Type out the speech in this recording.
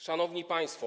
Szanowni Państwo!